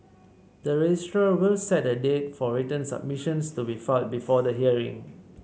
the registrar will set a date for written submissions to be filed before the hearing